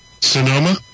Sonoma